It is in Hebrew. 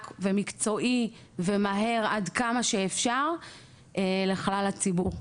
ומקצועי ומהיר עד כמה שאפשר לכלל הציבור.